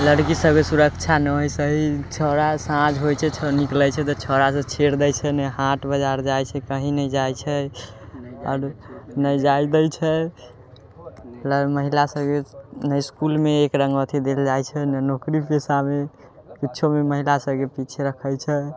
लड़की सबके सुरक्षा ने जैसे ही छौरा साँझ होइ छै निकलै छै तऽ छौरा सब छेड़ दै छै ने हाट बजार जाइ छै कहीं नहि जाइ छै आओर नहि जाइ दै छै महिला सबके ने इसकुलमे एक रङ्ग अथी देल जाइ छै ने नौकरी पेशामे कुछोमे महिला सबके पीछे रखै छै